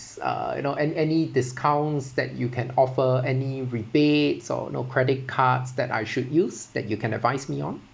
uh you know an~ any discounts that you can offer any rebates or no credit cards that I should use that you can advise me on